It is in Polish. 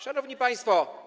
Szanowni Państwo!